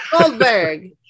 goldberg